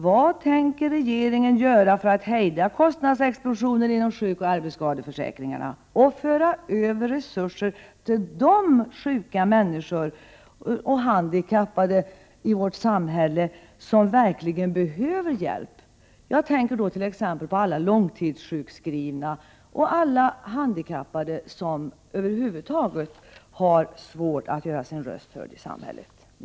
Vad tänker regeringen göra för att hejda kostnadsexplosionen inom sjukoch arbetsskadeförsäkringarna och föra över resurser till de sjuka och handikappade människor i vårt samhälle som verkligen behöver hjälp? Jag tänker t.ex. på alla långtidssjukskrivna och alla handikappade, som över huvud taget har svårt att göra sina röster hörda i samhället.